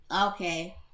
Okay